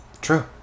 True